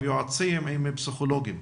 עם יועצים ופסיכולוגים.